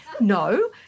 No